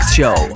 show